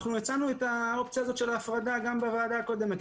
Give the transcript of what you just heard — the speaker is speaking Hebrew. אנחנו הצענו את האופציה הזאת של ההפרדה גם בוועדה הקודמת.